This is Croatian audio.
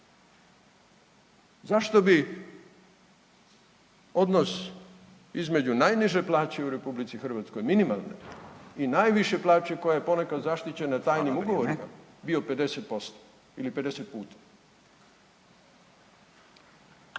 Zašto bi odnos između najniže plaće u RH, minimalne plaće i najviše plaće koja je ponekad zaštićena tajnim ugovorima, bio 50% ili 50 puta?